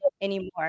anymore